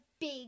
big